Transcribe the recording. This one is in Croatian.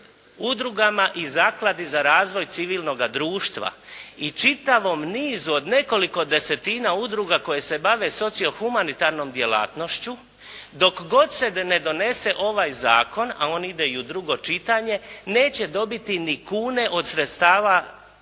udrugama i zakladi za razvoj civilnoga društva i čitavom nizu od nekoliko desetina udruga koje se bave socio-humanitarnom djelatnošću dok god se ne donese ovaj zakon, a on ide i u drugo čitanje, neće dobiti ni kune od sredstava